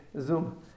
zoom